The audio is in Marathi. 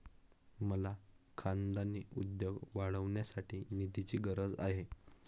मला खानदानी उद्योग वाढवण्यासाठी निधीची गरज आहे